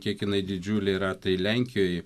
kiek jinai didžiuliai ratai lenkijoj